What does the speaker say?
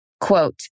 Quote